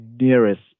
nearest